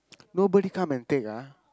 nobody come and take ah